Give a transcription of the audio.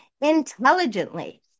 intelligently